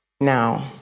Now